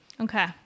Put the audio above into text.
Okay